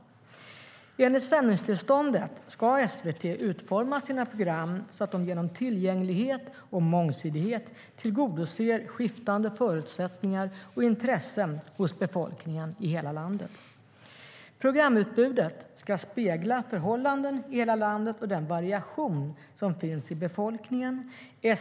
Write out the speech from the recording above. Enligt sändningstillståndet ska SVT utforma sina program så att de genom tillgänglighet och mångsidighet tillgodoser skiftande förutsättningar och intressen hos befolkningen i hela landet. Programutbudet ska spegla förhållanden i hela landet och den variation som finns i befolkningen.